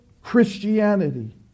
Christianity